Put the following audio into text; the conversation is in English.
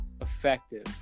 effective